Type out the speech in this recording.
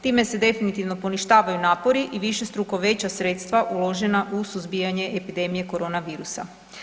Time se definitivno poništavaju napori i višestruko veća sredstva uložena u suzbijanje epidemije korona virusa.